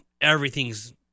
everything's